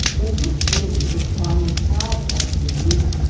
when dootch kennedy was finally charged over the abuse,